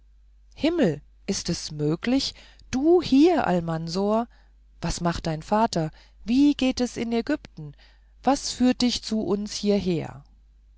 himmel ist es möglich du hier almansor was macht dein vater wie geht es in ägypten was führt dich zu uns hieher